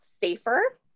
safer